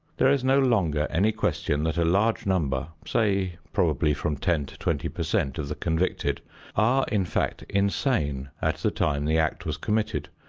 there is no longer any question that a large number, say probably from ten to twenty per cent of the convicted are, in fact, insane at the time the act was committed,